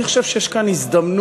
אני חושב שיש כאן הזדמנות,